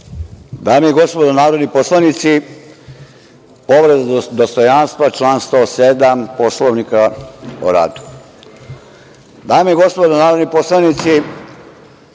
Dame i gospodo narodni poslanici, povreda dostojanstva, član 107. Poslovnika o radu. Dame i gospodo narodni poslanici,